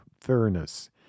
fairness